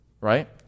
right